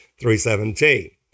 3.17